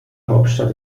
hauptstadt